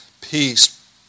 peace